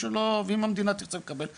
ואם המדינה תרצה לקבל תקבל,